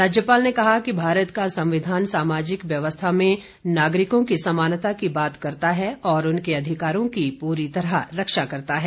राज्यपाल ने कहा कि भारत का संविधान सामाजिक व्यवस्था में नागरिकों के समानता की बात करता है और उनके अधिकारों की पूरी तरह रक्षा करता है